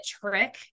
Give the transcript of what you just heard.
trick